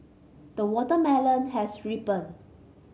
the watermelon has ripen